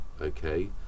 okay